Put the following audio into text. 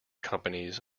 companies